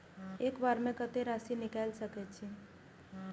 एक बार में कतेक राशि निकाल सकेछी?